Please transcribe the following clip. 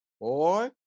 boy